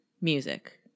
music